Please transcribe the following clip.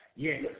Yes